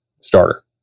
starter